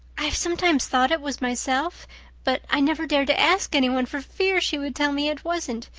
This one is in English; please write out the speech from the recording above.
i've sometimes thought it was myself but i never dared to ask anyone for fear she would tell me it wasn't.